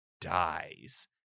dies